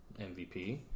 MVP